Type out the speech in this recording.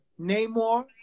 Namor